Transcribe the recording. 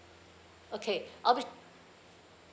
okay I'll be